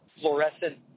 fluorescent